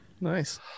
Nice